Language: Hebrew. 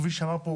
כפי שאמר פה